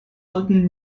sollten